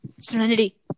Serenity